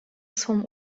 swą